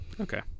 Okay